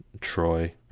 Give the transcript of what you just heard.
Troy